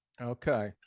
Okay